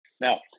Now